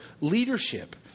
leadership